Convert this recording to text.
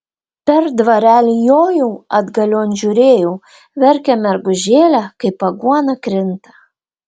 per dvarelį jojau atgalion žiūrėjau verkia mergužėlė kaip aguona krinta